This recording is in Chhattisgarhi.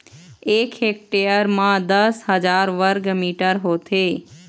एक हेक्टेयर म दस हजार वर्ग मीटर होथे